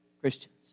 Christians